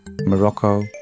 Morocco